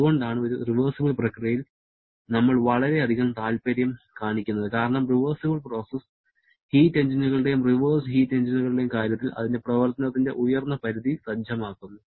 അതുകൊണ്ടാണ് ഒരു റിവേർസിബിൾ പ്രക്രിയയിൽ നമ്മൾ വളരെയധികം താല്പര്യം കാണിക്കുന്നത് കാരണം റിവേർസിബിൾ പ്രോസസ്സ് ഹീറ്റ് എഞ്ചിനുകളുടെയും റിവേഴ്സ്ഡ് ഹീറ്റ് എഞ്ചിനുകളുടെയും കാര്യത്തിൽ അതിന്റെ പ്രവർത്തനത്തിന്റെ ഉയർന്ന പരിധി സജ്ജമാക്കുന്നു